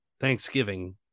Thanksgiving